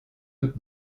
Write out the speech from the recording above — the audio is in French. œufs